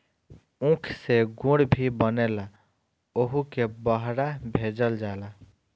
ऊख से गुड़ भी बनेला ओहुके बहरा भेजल जाला